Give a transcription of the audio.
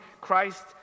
Christ